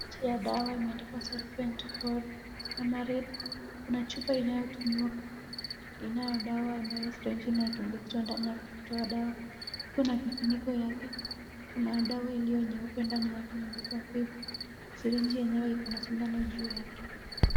Inje ya dawa imeandikwa Solvent for Samaril . Kuna chupa inayotumiwa inayo dawa sazingine inaitumbukizwa ndani ya kutoa dawa. Iko na kifuniko yake. Na kuna dawa iliyo nyeupe ndani yake imeandikwa Fever . Na syringe yenyewe iko na sindano juu yake.